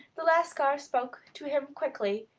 the lascar spoke to him quickly,